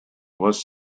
was